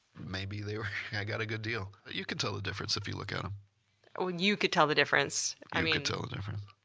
maybe they got a good deal? you can tell the difference if you look at em. well, you could tell the difference. um you could tell the difference.